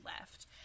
left